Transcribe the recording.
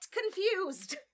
confused